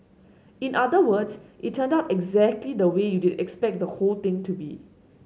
in other words it turned out exactly the way you'd expect the whole thing to be